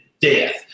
death